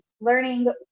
learning